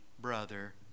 brother